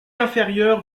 inférieure